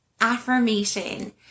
affirmation